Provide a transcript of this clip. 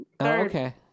Okay